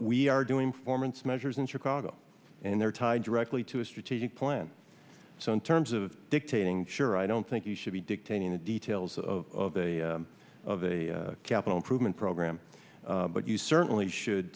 we are doing formants measures in chicago and they're tied directly to a strategic plan so in terms of dictating sure i don't think you should be dictating the details of a of a capital improvement program but you certainly should